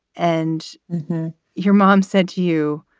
and your mom said to you,